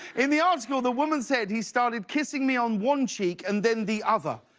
in the article the woman said, he started kissing me on one cheek, and then the other